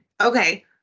okay